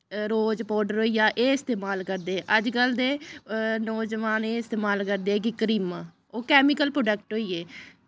रोज powder होई गे एह् इस्तेमाल करदे हे अजकल्ल दे नौजवान एह् इस्तेमाल करदे कि क्रीम ओह् कैमिकल प्रोडक्ट होइयै